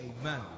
Amen